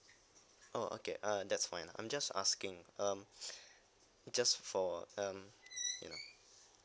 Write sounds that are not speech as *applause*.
oh okay uh that's fine lah I'm just asking um *breath* just for um you know